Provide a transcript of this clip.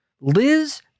Liz